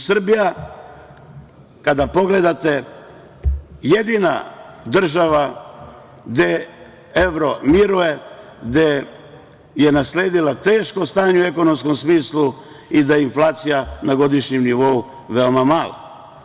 Srbija, kada pogledate, je jedina država gde evro miruje, gde je nasledila teško stanje u ekonomskom smislu i da je inflacija na godišnjem nivou je veoma mala.